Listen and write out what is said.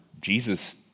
Jesus